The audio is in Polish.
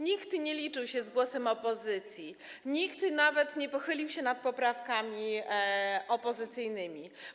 Nikt nie liczył się z głosem opozycji, nikt nawet nie pochylił się nad poprawkami opozycyjnymi.